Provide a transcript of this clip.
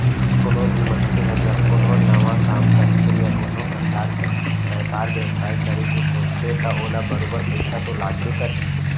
कोनो भी मनसे ह जब कोनो नवा काम करथे या कोनो परकार के बयपार बेवसाय करे के सोचथे त ओला बरोबर पइसा तो लागबे करही